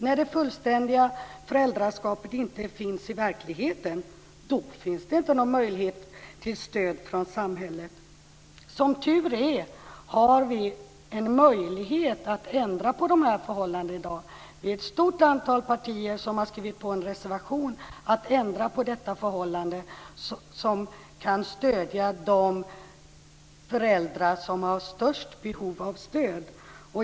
När det fullständiga föräldraskapet inte finns i verkligheten finns det inte någon möjlighet till stöd från samhället! Som tur är har vi en möjlighet att ändra på de här förhållandena i dag. Ett stort antal partier har skrivit på en reservation om att ändra på detta förhållande, så att vi kan stödja de föräldrar som har störst behov av stöd.